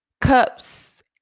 cups